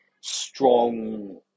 strong